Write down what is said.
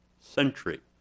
century